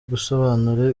gusobanura